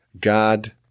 God